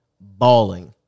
balling